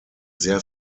sehr